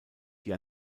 die